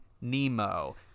Nemo